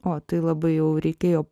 o tai labai jau reikėjo